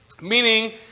meaning